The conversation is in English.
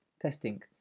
testing